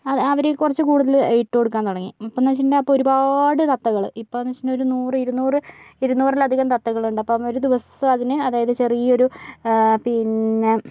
അവര് കുറച്ച് കൂടുതല് ഇട്ട് കൊട്ക്കാൻ തുടങ്ങി ഇപ്പോന്ന് വെച്ചിട്ടുണ്ടെങ്കിൽ ഇപ്പോൾ ഒരുപാട് തത്തകള് ഇപ്പോന്ന് വെച്ചിട്ടുണ്ടെങ്കിൽ ഒരു നൂറ് ഇരുന്നൂറ് ഇരുന്നൂറിലധികം തത്തകളുണ്ട് അപ്പോൾ ഒരു ദിവസം അതിന് അതായത് ചെറിയൊരു പിന്നെ